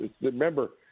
Remember